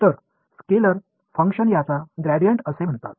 तर scalar function याला gradient असे म्हणतात